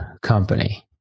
company